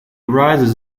rises